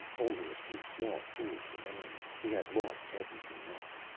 only a few small tools remained. he had lost everything else.